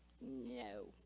No